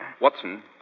Watson